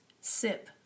sip